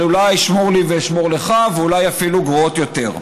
אולי של שמור לי ואשמור לך ואולי אפילו גרועות יותר.